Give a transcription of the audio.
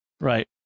Right